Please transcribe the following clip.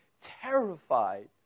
terrified